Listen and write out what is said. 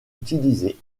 utiliser